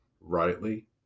rightly